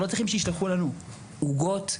עוגות,